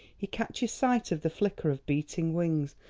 he catches sight of the flicker of beating wings,